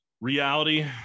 reality